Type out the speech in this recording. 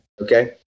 Okay